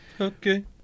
Okay